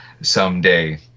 someday